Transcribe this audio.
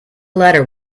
letter